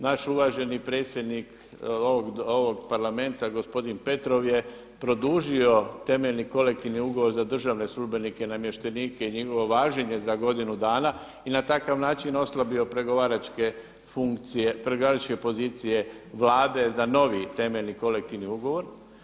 Naš uvaženi predsjednik ovog parlamenta gospodin Petrov je produžio Temeljni kolektivni ugovor za državne službenike i namještenike i njegovo važenje za godinu dana i na takav način oslabio pregovaračke funkcije, pregovaračke pozicije Vlade za novi temeljni kolektivni ugovor.